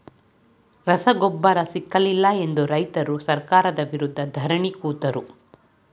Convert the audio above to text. ರಸಗೊಬ್ಬರ ಸಿಕ್ಕಲಿಲ್ಲ ಎಂದು ರೈತ್ರು ಸರ್ಕಾರದ ವಿರುದ್ಧ ಧರಣಿ ಕೂತರು